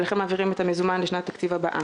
ולכן מעבירים את המזומן לשנת התקציב הבאה.